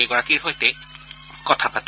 কেইগৰাকীৰ সৈতে কথা পাতে